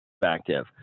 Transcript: perspective